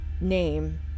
name